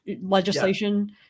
legislation